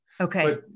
Okay